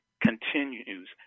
continues